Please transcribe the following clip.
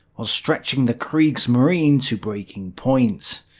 was stretching the kriegsmarine to breaking point.